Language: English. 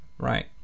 Right